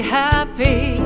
happy